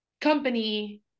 company